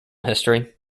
history